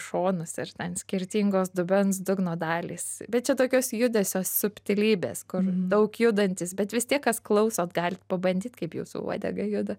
šonus ir ten skirtingos dubens dugno dalys bet čia tokios judesio subtilybės kur daug judantys bet vis tiek kas klausot galit pabandyt kaip jūsų uodega juda